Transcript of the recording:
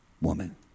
woman